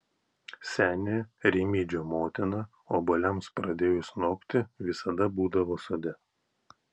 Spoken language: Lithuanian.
senė rimydžio motina obuoliams pradėjus nokti visada būdavo sode